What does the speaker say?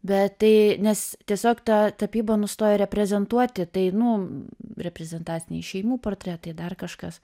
bet tai nes tiesiog ta tapyba nustoja reprezentuoti tai nu reprezentaciniai šeimų portretai dar kažkas